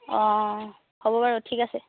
অ হ'ব বাৰু ঠিক আছে